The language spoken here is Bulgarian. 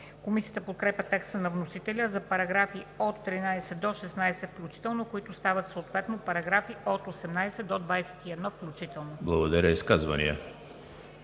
Комисията подкрепя текста на вносителя за параграфи от 13 до 16 включително, които стават съответно параграфи от 18 до 21 включително. ПРЕДСЕДАТЕЛ